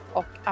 och